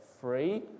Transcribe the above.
free